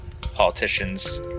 politicians